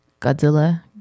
godzilla